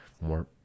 more